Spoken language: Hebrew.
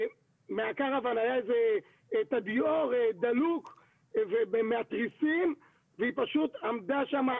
מהקרוואן היה תדיאור דלוק מהתריסים והיא פשוט עמדה שם,